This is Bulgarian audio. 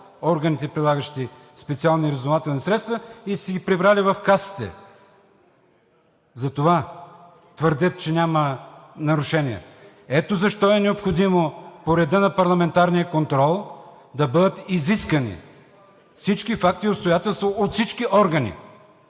органите, прилагащи специални разузнавателни средства и са си ги прибрали в касите. Затова твърдят, че няма нарушения. Ето защо е необходимо по реда на парламентарния контрол да бъдат изискани всички факти и обстоятелства от всички органи,